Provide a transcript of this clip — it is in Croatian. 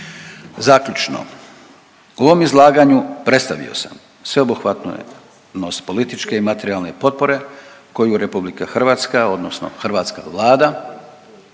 Zaključno, u ovom izlaganju predstavio sam sveobuhvatnost političke i materijalne potpore koju RH odnosno hrvatska Vlada,